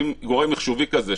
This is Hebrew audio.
שאם גורם מחשובי כזה,